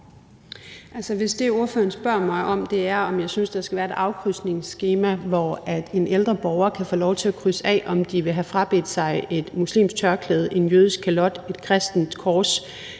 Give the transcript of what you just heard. Messerschmidt spørger mig om, er, om jeg synes, der skal være et afkrydsningsskema, hvor en ældre borger kan få lov til at krydse af, om de vil have frabedt sig et muslimsk tørklæde, en jødisk kalot, et kristent kors,